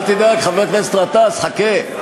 אל תדאג, חבר הכנסת גטאס, חכה.